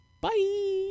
Bye